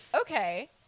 Okay